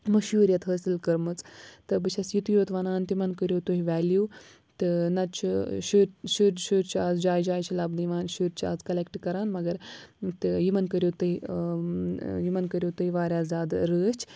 مشہوٗریَت حٲصِل کٔرمٕژ تہٕ بہٕ چھَس یُتُے یوت وَنان تِمَن کٔرِو تُہۍ ویلیوٗ تہٕ نَتہٕ چھُ شُرۍ شُرۍ شُرۍ چھِ آز جایہِ جایہِ چھِ لَبنہٕ یِوان شُرۍ چھِ آز کَلٮ۪کٹ کَران مگر تہٕ یِمَن کٔرِو تُہۍ یِمَن کٔرِو تُہۍ واریاہ زیادٕ رٲچھ